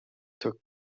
took